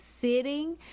sitting